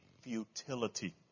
futility